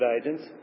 agents